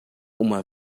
uma